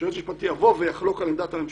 שיועץ משפטי יבוא ויחלוק על עמדת הממשלה,